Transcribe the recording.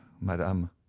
madame